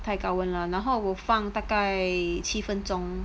太高温了 ah 然后我放大概七分钟